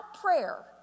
prayer